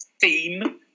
theme